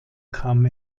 kam